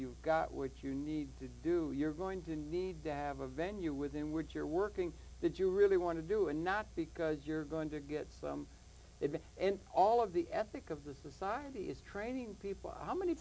you got what you need to do you're going to need dav a venue within word you're working did you really want to do and not because you're going to get it and all of the ethic of the society is training people how many